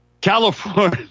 California